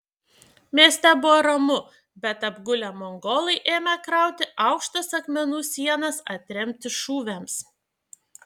mieste buvo ramu bet apgulę mongolai ėmė krauti aukštas akmenų sienas atremti šūviams